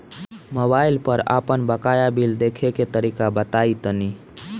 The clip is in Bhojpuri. मोबाइल पर आपन बाकाया बिल देखे के तरीका बताईं तनि?